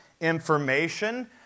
information